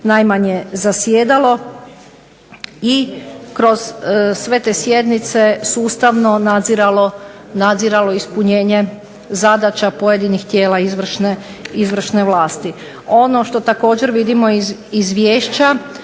najmanje zasjedalo. I kroz sve te sjednice sustavno nadziralo ispunjenje zadaća pojedinih tijela izvršne vlasti. Ono što također vidimo iz izvješća